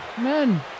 men